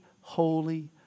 holy